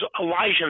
Elijah